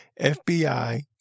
FBI